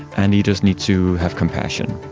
and leaders need to have compassion.